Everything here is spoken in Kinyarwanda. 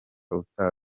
utaha